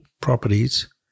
properties